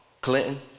Clinton